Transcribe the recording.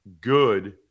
good